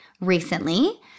recently